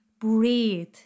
breathe